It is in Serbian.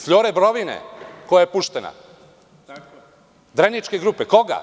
Fljore Brovine koja je puštena, Dreničke grupe, koga?